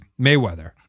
Mayweather